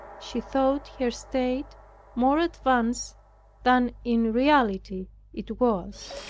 she thought her state more advanced than in reality it was,